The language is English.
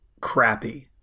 crappy